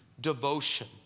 devotion